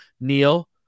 Neil